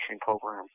program